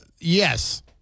yes